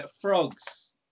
Frogs